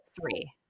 three